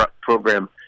program